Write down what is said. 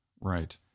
right